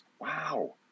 Wow